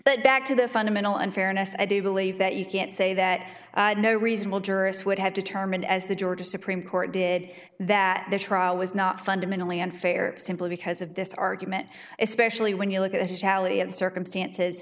back to the fundamental unfairness i do believe that you can't say that no reasonable jurist would have determined as the georgia supreme court did that the trial was not fundamentally unfair simply because of this argument especially when you look at a tally of the circumstances